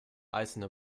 eisene